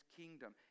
kingdom